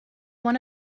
one